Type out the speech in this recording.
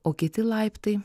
o kiti laiptai